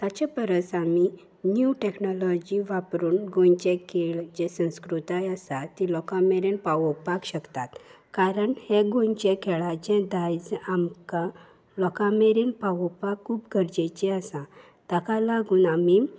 ताचे परस आमी न्यूव टॅक्नोलॉजी वापरून गोंयचे खेळ जे संस्कृताय आसा ती लोकां मेरेन पावोवपाक शकतात कारण हे गोंयचे खेळाचें दायज आमकां लोकां मेरेन पावोवपाक खूब गरजेचें आसा ताका लागून आमी